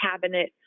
Cabinet